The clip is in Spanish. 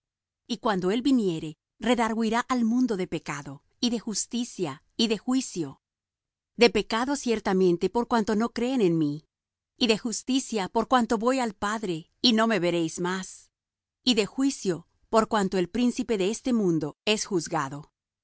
viniere redargüirá al mundo de pecado y de justicia y de juicio de pecado ciertamente por cuanto no creen en mí y de justicia por cuanto voy al padre y no me veréis más y de juicio por cuanto el príncipe de este mundo es juzgado